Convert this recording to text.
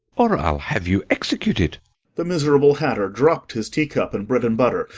or i'll have you executed the miserable hatter dropped his teacup and bread-and-butter,